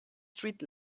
street